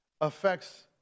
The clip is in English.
affects